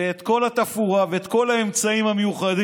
את כל התפאורה ואת כל האמצעים המיוחדים,